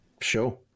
Sure